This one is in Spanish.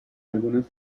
algunas